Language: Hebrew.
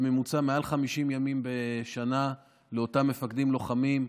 בממוצע מעל 50 ימים בשנה לאותם מפקדים לוחמים,